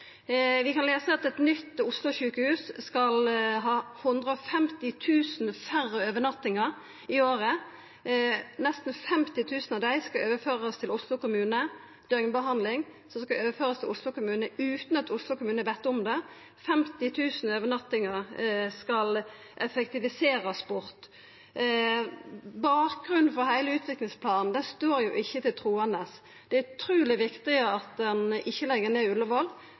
Vi kan lesa at eit nytt Oslo-sjukehus skal ha 150 000 færre overnattingar i året. Nesten 50 000 av dei skal overførast til Oslo kommune – døgnbehandling som skal overførast til Oslo kommune utan at Oslo kommune veit om det. 50 000 overnattingar skal effektiviserast bort. Bakgrunnen for heile utviklingsplanen står ikkje til truande. Det er utruleg viktig at ein ikkje legg ned